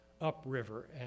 upriver